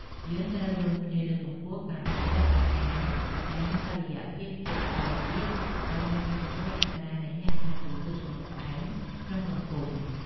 យើងត្រូវរួមគ្នាលើកកម្ពស់ការហូបចុកអាហារដែលមានតុល្យភាពជាតិស្ករទាប ដើម្បីកាត់បន្ថយអត្រានៃអ្នកកើតជំងឺទឹកនោមផ្អែមក្នុងសង្គម។